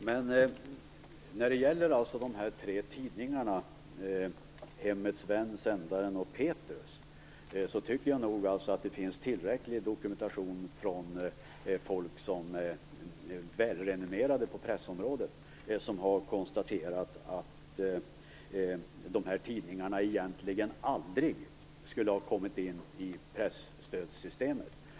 Herr talman! När det gäller dessa tre tidningar - Hemmets Vän, Sändaren och Petrus - tycker jag nog att det finns tillräcklig dokumentation från människor som är välrenommerade på pressområdet som har konstaterat att dessa tidningar egentligen aldrig skulle ha kommit in i presstödssystemet.